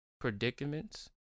predicaments